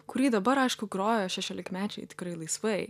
kurį dabar aišku groja šešiolikmečiai tikrai laisvai